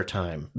time